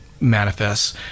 manifests